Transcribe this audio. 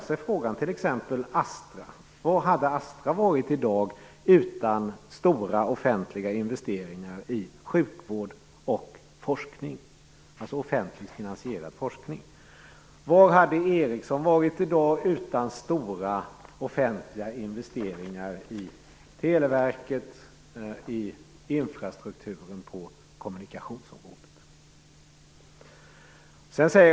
Man kan då ställa sig frågan: Vad hade Astra varit i dag utan stora offentliga investeringar i sjukvård och offentligt finansierad forskning? Och vad hade Ericsson varit i dag utan stora offentliga investeringar i Televerket, i infrastrukturen på kommunikationsområdet?